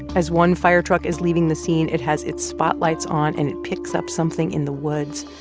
as one firetruck is leaving the scene, it has its spotlights on. and it picks up something in the woods.